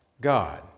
God